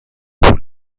پول